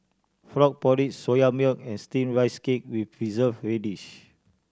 frog porridge Soya Milk and Steamed Rice Cake with Preserved Radish